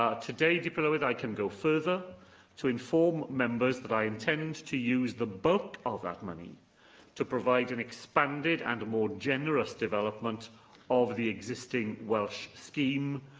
ah today, dirprwy lywydd, i can go further to inform members that i intend to use the bulk of that money to provide an expanded and more generous development of the existing welsh scheme,